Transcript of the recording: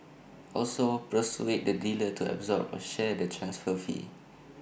also persuade the dealer to absorb or share the transfer fee